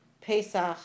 Pesach